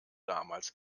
damals